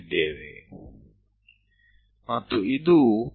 70 mm આપણે ચિહ્નિત કરીએ છીએ